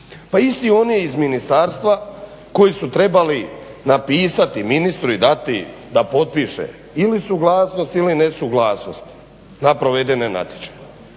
Pa isti oni iz ministarstva koji su trebali napisati ministru i dati da potpiše ili suglasnost ili nesuglasnost na provedene natječaje,